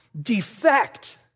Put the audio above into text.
defect